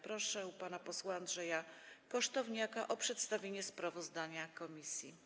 Proszę pana posła Andrzeja Kosztowniaka o przedstawienie sprawozdania komisji.